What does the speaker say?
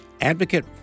advocate